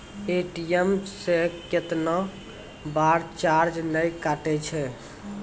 ATM से कैतना बार चार्ज नैय कटै छै?